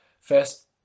first